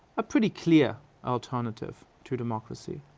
a pretty clear alternative to democracy.